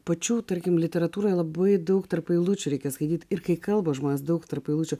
pačių tarkim literatūroje labai daug tarp eilučių reikia skaityti ir kai kalba žmonės daug tarp eilučių